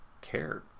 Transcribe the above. cared